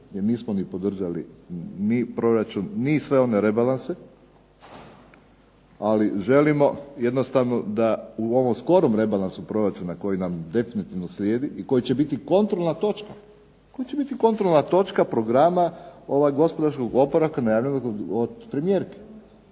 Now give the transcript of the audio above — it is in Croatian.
jer nismo podržali ni proračun ni sve one rebalanse. Ali želimo jednostavno da u ovom skorom rebalansu proračuna koji nam definitivno slijedi i koji će biti kontrolna točka, koji će biti kontrolna točka programa gospodarskog programa, gospodarskog